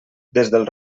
del